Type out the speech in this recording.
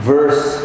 Verse